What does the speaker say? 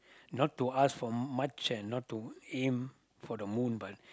not to ask for much and not to aim for the moon but